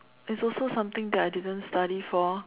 it's also something that I didn't study for